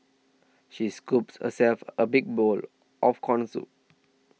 she scooped herself a big bowl of Corn Soup